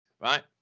Right